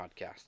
Podcast